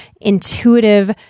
intuitive